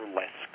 less